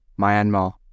Myanmar